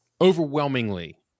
overwhelmingly